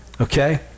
okay